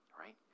right